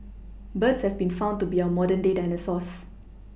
birds have been found to be our modern day dinosaurs